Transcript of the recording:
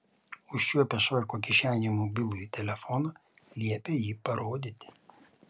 užčiuopę švarko kišenėje mobilųjį telefoną liepė jį parodyti